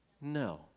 No